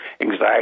anxiety